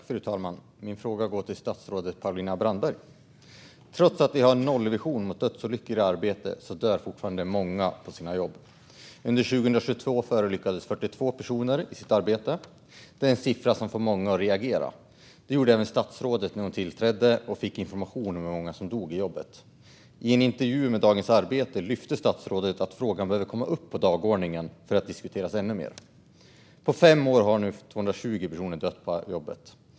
Fru talman! Min fråga går till statsrådet Paulina Brandberg. Trots att vi har en nollvision mot dödsolyckor i arbetet dör fortfarande många på sina jobb. Under 2022 förolyckades 42 personer i sitt arbete. Det är en siffra som får många att reagera. Det gjorde även statsrådet när hon tillträdde och fick information om hur många som dog på jobbet. I en intervju med Dagens Arbete sa statsrådet att frågan behövde komma upp på dagordningen för att diskuteras ännu mer. På fem år har nu 220 personer dött på jobbet.